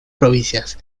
provincias